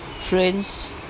friends